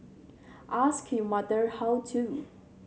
ask your mother how to